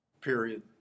period